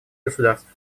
государств